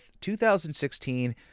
2016